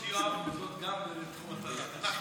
היכולות של יואב עומדות גם בתחום התנ"ך.